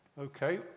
Okay